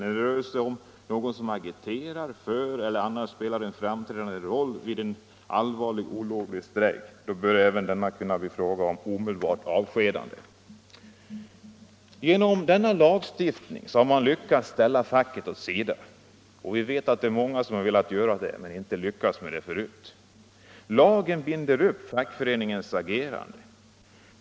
när det rör sig om någon som agiterar för eller annars spelar en framträdande roll vid en allvarlig olovlig strejk = bör det även kunna bli fråga om omedelbart avskedande.” Genom denna lagstiftning har man lyckats ställa facket åt sidan. Vi vet att många har velat göra det men inte lyckats med det tidigare. Lagen binder upp fackföreningens agerande.